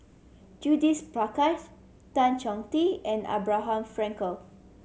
Judith Prakash Tan Chong Tee and Abraham Frankel